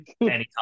anytime